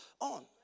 on